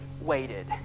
waited